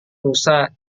lusa